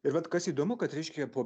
ir vat kas įdomu kad reiškia po